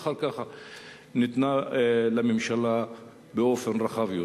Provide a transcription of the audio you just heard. ואחר כך ניתנה לממשלה באופן רחב יותר.